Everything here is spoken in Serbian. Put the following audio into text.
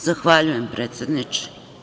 Zahvaljujem predsedniče.